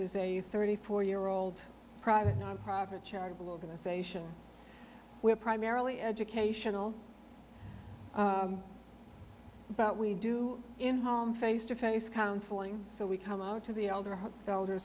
a thirty four year old private nonprofit charitable organization we're primarily educational but we do in home face to face counseling so we come out to the elder